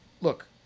look